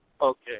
Okay